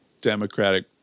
Democratic